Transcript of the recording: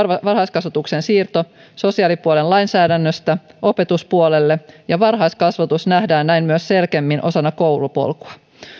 varhaiskasvatuksen siirto sosiaalipuolen lainsäädännöstä opetuspuolelle ja varhaiskasvatus nähdään näin myös selkeämmin osana koulupolkua